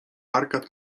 arkad